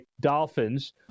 Dolphins